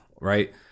right